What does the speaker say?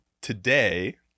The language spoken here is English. today